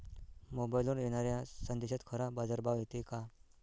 मोबाईलवर येनाऱ्या संदेशात खरा बाजारभाव येते का?